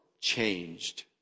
changed